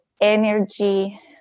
energy